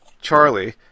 Charlie